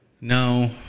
no